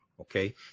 Okay